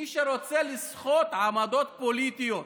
מי שרוצה לסחוט עמדות פוליטיות